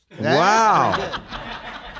Wow